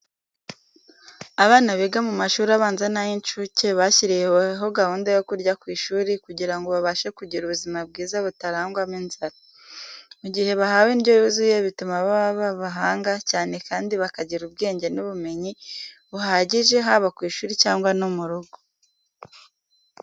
Abana biga mu mashuri abanza n'ay'inshuke bashyiriweho gahunda yo kurya ku ishuri kugira ngo babashe kugira ubuzima bwiza butarangwamo inzara. Mu gihe bahawe indyo yuzuye bituma baba abahanga cyane kandi bakagira ubwenge n'ubumenyi buhagije haba ku ishuri cyangwa no mu rugo.